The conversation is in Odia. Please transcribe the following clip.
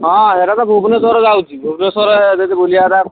ହଁ ସେଇଟା ତ ଭୁବନେଶ୍ୱରରେ ଯାଉଛି ଭୁବନେଶ୍ୱରରେ ଯଦି ବୁଲିବାର ହେଲା